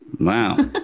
Wow